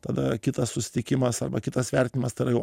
tada kitas susitikimas arba kitas vertinimas tai yra jau